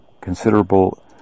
considerable